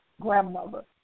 grandmother